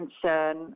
concern